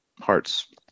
hearts